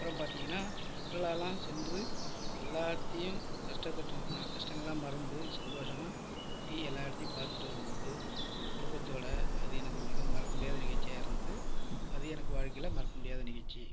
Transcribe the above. அப்புறம் பார்த்தீங்கன்னா சுற்றுலாலாம் சென்று எல்லாத்தையும் கஷ்டக்கட்டம் நாங்கள் கஷ்டங்கள்லாம் மறந்து சந்தோஷமாக சுற்றி எல்லா இடத்தையும் பார்த்துட்டு வரும்போது குடும்பத்தோட அது எனக்கு மிகவும் மறக்க முடியாத நிகழ்ச்சியாக இருந்துது அது எனக்கு வாழ்க்கையில் மறக்க முடியாத நிகழ்ச்சி